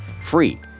free